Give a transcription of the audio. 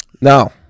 Now